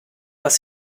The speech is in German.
was